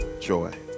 joy